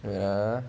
ya